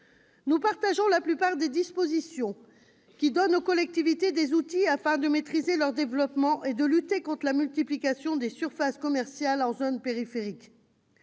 nous partageons la plupart des dispositions qui donnent aux collectivités des outils afin de maîtriser leur développement et lutter contre la multiplication des surfaces commerciales en zone périphérique.